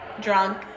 drunk